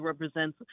represents